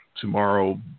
tomorrow